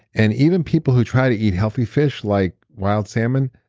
and even people who try to eat healthy fish, like wild salmon,